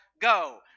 go